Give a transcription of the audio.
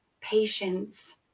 Patience